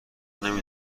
نمی